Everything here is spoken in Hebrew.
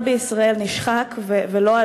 אני רוצה,